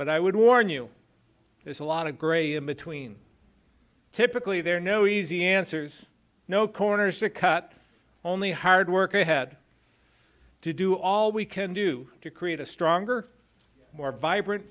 but i would warn you there's a lot of gray in between typically there are no easy answers no corners to cut only hard work ahead to do all we can do to create a stronger more vibrant